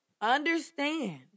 understand